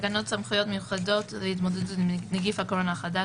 "תקנות סמכויות מיוחדות להתמודדות עם נגיף הקורונה החדש